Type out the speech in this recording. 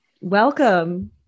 Welcome